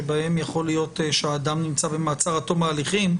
שבהם יכול להיות שהאדם נמצא במעצר עד תום ההליכים,